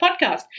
podcast